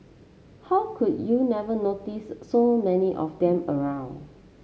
how could you never notice so many of them around